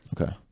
Okay